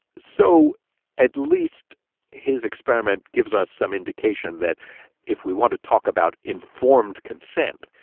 so at least his experiment gives us some indication that if we want to talk about informed consent,